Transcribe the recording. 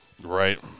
Right